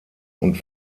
und